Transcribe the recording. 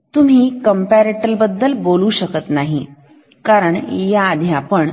तर तुम्ही कंपेरेटर बद्दल बोलू शकत नाही आधी आपण